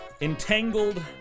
entangled